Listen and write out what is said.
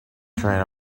train